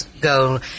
go